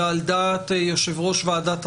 ועל דעת יושב ראש ועדת הפנים,